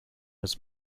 was